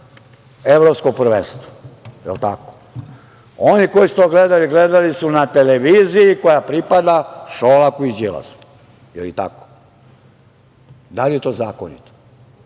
Evropskog prvenstva. Je li tako? Oni koji su to gledali, gledali su na televiziji koja pripada Šolaku i Đilasu. Je li tako? Da li je to zakonito?